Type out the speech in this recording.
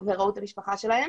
והגענו בסוף למסקנות.